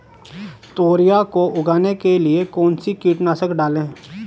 तोरियां को उगाने के लिये कौन सी कीटनाशक डालें?